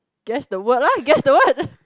guess the word lah guess the word